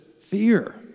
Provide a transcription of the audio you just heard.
fear